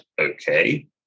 okay